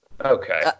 Okay